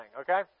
okay